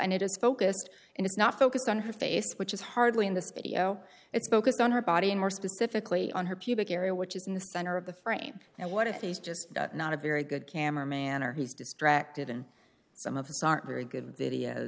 and it is focused and it's not focused on her face which is hardly in this video it's focused on her body and more specifically on her pubic area which is in the center of the frame and what if he's just not a very good camera man or he's distracted and some of us aren't very good video